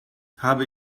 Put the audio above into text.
habe